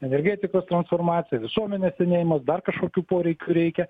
energetikos transformacija visuomenės senėjimas dar kažkokių poreikių reikia